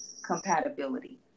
compatibility